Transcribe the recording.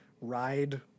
ride